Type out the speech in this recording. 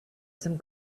some